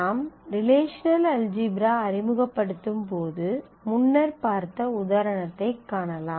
நாம் relational algebra அறிமுகப்படுத்தும் போது முன்னர் பார்த்த உதாரணத்தைக் காணலாம்